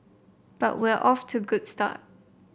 but we're off to good start